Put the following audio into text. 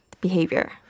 behavior